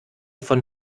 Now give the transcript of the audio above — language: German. von